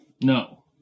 No